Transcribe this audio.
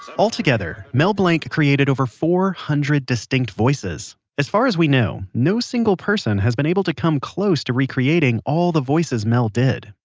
all together, mel blanc created over four hundred distinct voices. as far as we know, no single person has been able to come close to recreating all the voices mel did.